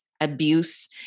abuse